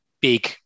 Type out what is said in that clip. big